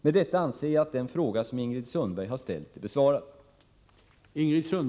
Med detta anser jag att den fråga som Ingrid Sundberg har ställt är besvarad.